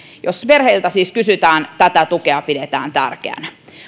jos perheiltä siis kysytään tätä tukea pidetään tärkeänä